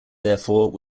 therefore